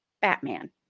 Batman